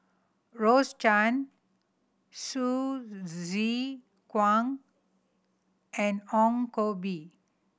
Rose Chan Hsu Tse Kwang and Ong Koh Bee